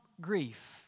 grief